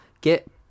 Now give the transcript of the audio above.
get